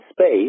space